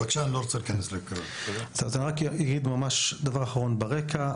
אני רק אגיד דבר אחרון ברקע.